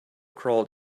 crawled